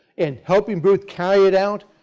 and helping booth carry it out,